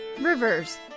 rivers